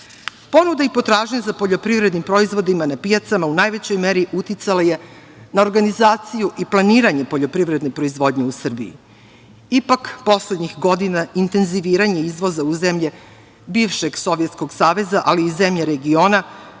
pijaca. Ponuda i potražnja za poljoprivrednim proizvodima na pijacama u najvećoj meri uticao je na organizaciju i planiranje poljoprivredne proizvodnje u Srbiji. Ipak, poslednjih godina intenziviranja izvoza u zemlje bivšeg Sovjetskog Saveza, ali i zemlje regiona